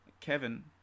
Kevin